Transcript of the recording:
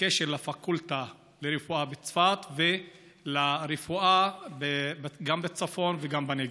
בקשר לפקולטה לרפואה בצפת ולרפואה גם בצפון וגם בנגב.